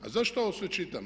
A zašto ovo sve čitam?